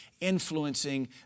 influencing